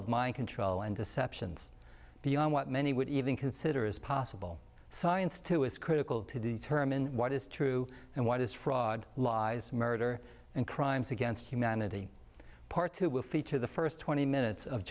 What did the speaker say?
of mind control and deceptions beyond what many would even consider as possible science to is critical to determine what is true and what is fraud lies murder and crimes against humanity part two will feature the first twenty minutes of